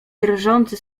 drżący